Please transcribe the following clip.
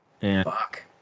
Fuck